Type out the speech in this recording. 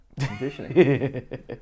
Conditioning